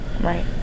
Right